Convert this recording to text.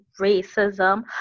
racism